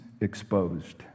exposed